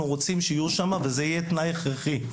רוצים שיהיו שם וזה יהיה תנאי הכרחי.